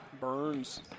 Burns